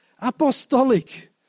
Apostolic